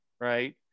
right